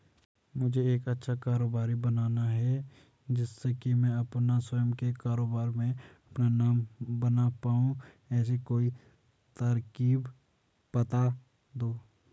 मुझे एक अच्छा कारोबारी बनना है जिससे कि मैं अपना स्वयं के कारोबार में अपना नाम बना पाऊं ऐसी कोई तरकीब पता दो?